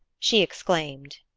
she exclaimed.